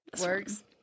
works